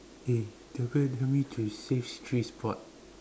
eh do you feel do you want me to save three spots